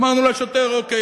אמרנו לשוטר: אוקיי.